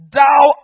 Thou